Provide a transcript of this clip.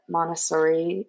Montessori